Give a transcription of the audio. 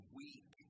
weak